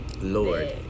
Lord